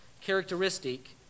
characteristic